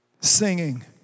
singing